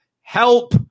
Help